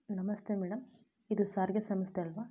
ನಮಸ್ತೆ ಮೇಡಮ್ ಇದು ಸಾರಿಗೆ ಸಂಸ್ಥೆ ಅಲ್ಲವಾ